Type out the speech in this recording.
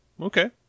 okay